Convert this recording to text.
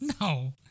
no